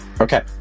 Okay